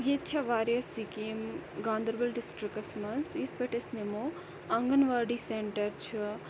ییٚتہِ چھ واریاہ سکیٖم گاندَربَل ڈسٹرکَس مَنٛز یِتھ پٲٹھۍ أسۍ نِمو آنٛگَن واڈی سیٚنٹَر چھُ